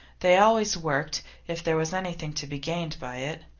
they always worked if there was anything to be gained by it.